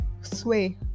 Sway